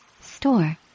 store